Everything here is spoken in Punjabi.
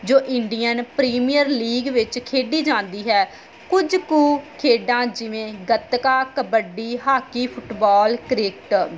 ਜੋ ਇੰਡੀਅਨ ਪ੍ਰੀਮੀਅਰ ਲੀਗ ਵਿੱਚ ਖੇਡੀ ਜਾਂਦੀ ਹੈ ਕੁਝ ਕੁ ਖੇਡਾਂ ਜਿਵੇਂ gatka kabaddi hockey football cricket